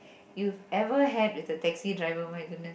you've ever had with the taxi driver oh-my-goodness